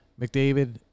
McDavid